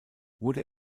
wurde